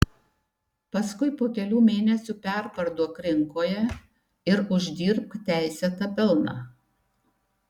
paskui po kelių mėnesių perparduok rinkoje ir uždirbk teisėtą pelną